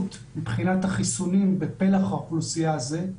מבחינת החיסונים בפלח אוכלוסייה זה.